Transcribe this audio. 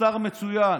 שר מצוין,